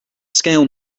scale